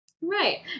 right